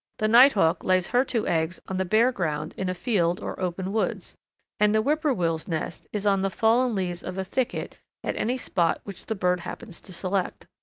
the nighthawk lays her two eggs on the bare ground in a field or open woods and the whip-poor-will's nest is on the fallen leaves of a thicket at any spot which the bird happens to select.